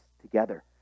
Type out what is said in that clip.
together